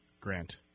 Grant